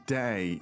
day